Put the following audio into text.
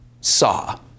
saw